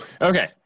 Okay